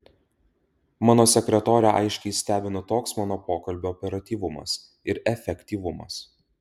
mano sekretorę aiškiai stebina toks mano pokalbio operatyvumas ir efektyvumas